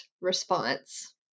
response